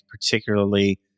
particularly